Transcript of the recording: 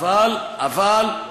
איך אתה